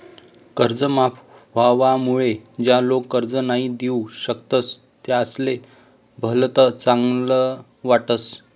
कर्ज माफ व्हवामुळे ज्या लोक कर्ज नई दिऊ शकतस त्यासले भलत चांगल वाटस